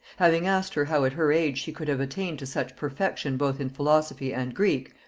having asked her how at her age she could have attained to such perfection both in philosophy and greek,